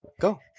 Go